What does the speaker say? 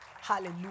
Hallelujah